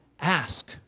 ask